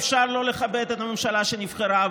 אפשר לא לכבד את הממשלה שנבחרה,